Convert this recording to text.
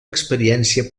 experiència